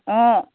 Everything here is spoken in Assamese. অঁ